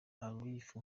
alif